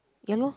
ya lor